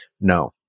no